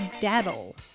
daddle